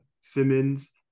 Simmons